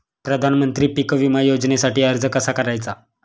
प्रधानमंत्री पीक विमा योजनेसाठी अर्ज कसा करायचा?